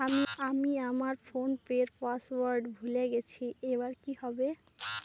আমি আমার ফোনপের পাসওয়ার্ড ভুলে গেছি এবার কি হবে?